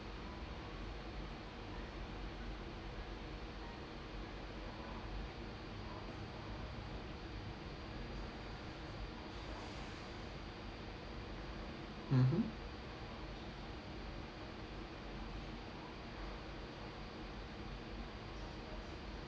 mmhmm